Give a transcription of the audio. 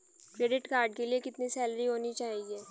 Credit card के लिए कितनी सैलरी होनी चाहिए?